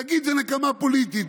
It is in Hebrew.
תגיד: זו נקמה פוליטית,